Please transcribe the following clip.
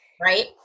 Right